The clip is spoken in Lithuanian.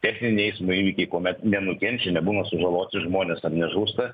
techniniai eismo įvykiai kuomet nenukenčia nebūna sužaloti žmonės ten nežūsta